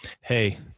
hey